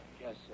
Yes